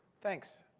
thanks.